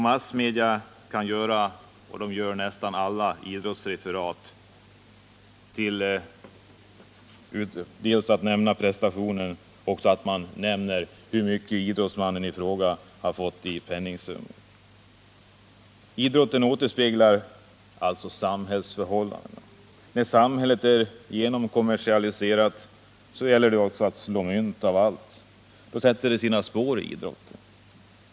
Massmedia kan inte göra ett idrottsreferat utan att nämna hur mycket pengar en idrottsman har fått. Idrotten återspeglar alltså samhällsförhållandena. När samhället är så genomkommersialiserat att det gäller att försöka slå mynt av allt, sätter detta sina spår även i idrotten.